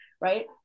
right